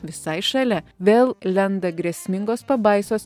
visai šalia vėl lenda grėsmingos pabaisos